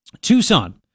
Tucson